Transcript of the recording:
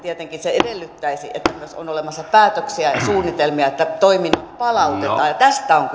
se tietenkin edellyttäisi että myös on olemassa päätöksiä ja suunnitelmia että toiminnot palautetaan tästä on